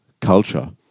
culture